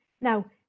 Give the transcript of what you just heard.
Now